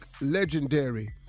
Legendary